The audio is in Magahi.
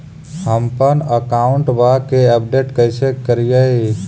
हमपन अकाउंट वा के अपडेट कैसै करिअई?